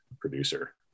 producer